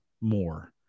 more